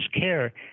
care